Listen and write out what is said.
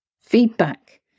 feedback